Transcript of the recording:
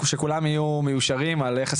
על מנת שכולם יהיו מאושרים לגבי איך